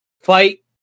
fight